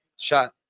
shot